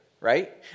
right